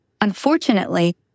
Unfortunately